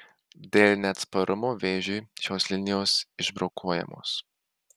dėl neatsparumo vėžiui šios linijos išbrokuojamos